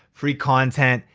free content,